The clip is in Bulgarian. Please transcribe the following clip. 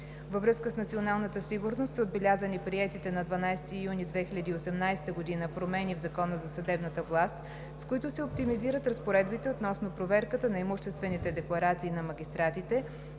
Във връзка с националната сигурност са отбелязани приетите на 12 юни 2018 г. промени в Закона за съдебната власт, с които се оптимизират разпоредбите относно проверката на имуществените декларации на магистратите,